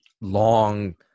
long